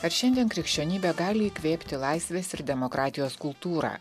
ar šiandien krikščionybė gali įkvėpti laisvės ir demokratijos kultūrą